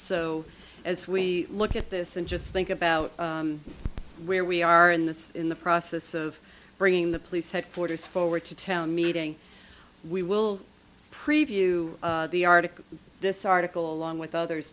so as we look at this and just think about where we are in this in the process of bringing the police headquarters forward to town meeting we will preview the article this article along with others